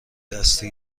دستی